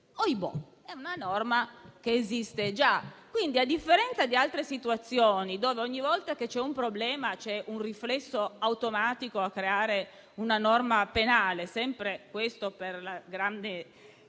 Ohibò: è una norma che esiste già. Pertanto, a differenza di altre situazioni in cui ogni volta che c'è un problema c'è un riflesso automatico a creare una norma penale - questo sempre per il grande